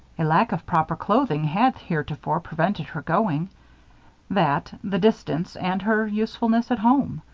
a lack of proper clothing had heretofore prevented her going that, the distance, and her usefulness at home.